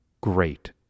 great